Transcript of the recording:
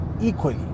equally